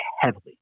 heavily